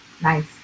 nice